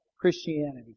Christianity